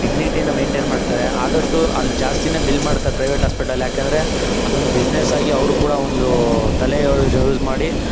ಡಿಗ್ನಿಟಿನಾ maintain ಮಾಡ್ತಾರೆ ಆದಷ್ಟು ಅಲ್ಲಿ ಜಾಸ್ತಿನೇ ಬಿಲ್ ಮಾಡ್ತಾರೆ ಪ್ರೈವೇಟ್ ಹಾಸ್ಪಿಟ್ಲಲ್ಲಿ ಏಕೆಂದ್ರೆ ಅದೊಂದು ಬಿಸ್ನೆಸ್ಸಾಗಿ ಅವರು ಕೂಡ ಒಂದು ತಲೆ ಯೂಸ್ ಮಾಡಿ